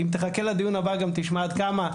אם תחכה לדיון הבא גם תשמע עד כמה,